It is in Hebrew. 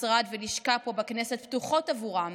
משרד ולשכה פה בכנסת פתוחות עבורם.